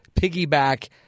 piggyback